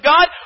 God